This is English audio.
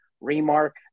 Remark